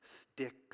stick